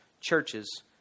churches